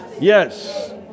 Yes